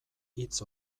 hitz